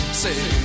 Say